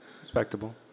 Respectable